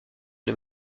une